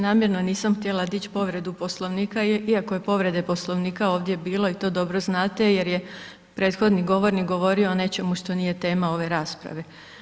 Namjerno nisam htjela dići povredu Poslovnika, iako je povrede Poslovnika, ovdje bilo i to dobro znate, jer je prethodni govornik govorio o nečemu što nije tema ove rasprave.